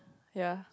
ya